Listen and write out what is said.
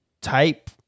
type